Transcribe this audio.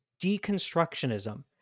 deconstructionism